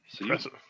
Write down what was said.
Impressive